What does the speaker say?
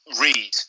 read